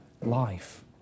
life